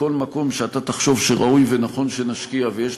וכל מקום שאתה תחשוב שראוי ונכון שנשקיע ויש